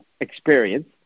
experience